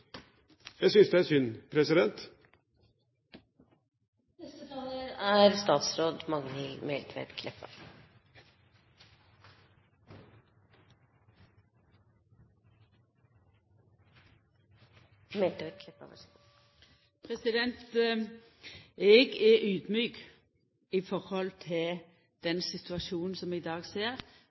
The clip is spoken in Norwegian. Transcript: Jeg syns det er synd. Eg er audmjuk i forhold til den situasjonen som vi i dag ser